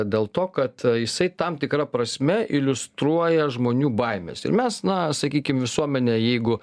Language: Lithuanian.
dėl to kad jisai tam tikra prasme iliustruoja žmonių baimes ir mes na sakykim visuomenė jeigu